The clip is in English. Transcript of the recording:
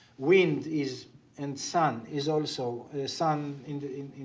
wind is and sun is also sun in the